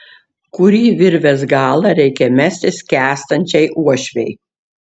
kurį virvės galą reikia mesti skęstančiai uošvei